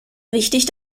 wichtig